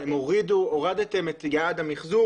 הורדתם את יעד המחזור.